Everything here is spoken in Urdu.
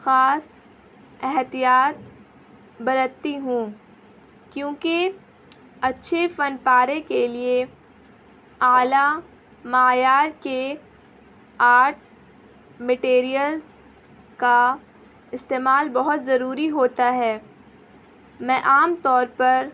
خاص احتیاط برتتی ہوں کیونکہ اچھے فن پارے کے لیے اعلیٰ معیار کے آرٹ مٹیریئلس کا استعمال بہت ضروری ہوتا ہے میں عام طور پر